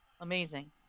Amazing